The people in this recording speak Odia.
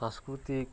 ସାଂସ୍କୃତିକ୍